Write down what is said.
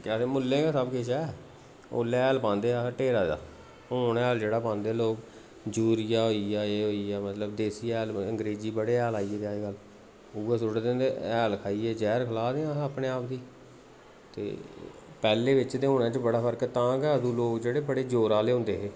केह् आखदे मुल्लै गै सब किश ऐ ओल्लै हैल पांदे अस ढेरा दा हून हैल जेह्ड़ा पांदे लोक यूरिया होई गेआ एह् होई गेआ मतलब देसी हैल मतलब अंगरेजी बड़े हैल आई दे अज्जकल उ'ऐ सुटदे न ते हैल खलारियै जैह्र खलाने आं अस अपने आप गी ते पैह्ले बिच्च ते हूना बिच्च फर्क ऐ तां गै अंदू लोक बड़े जोरा आह्ले होंदे हे